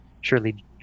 surely